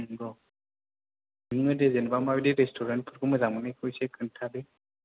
नंगौ नोंनिबायदि जेन'ेबा माबायदि रेस्टुरेनफोरखौ मोजां मोनो बेखौ इसे खोन्थादो